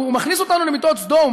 הוא מכניס אותנו למיטות סדום,